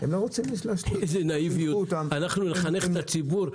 איזו נאיביות לחנך את הציבור.